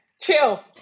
chill